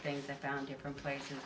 things i found different places